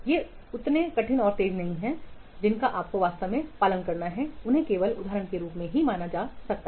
ये उतने कठिन और तेज़ नहीं हैं जिनका आपको वास्तव में पालन करना है उन्हें केवल उदाहरण के रूप में माना जा सकता है